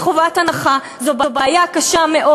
זו בעיה קשה מאוד.